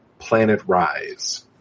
PlanetRise